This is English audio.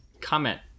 comment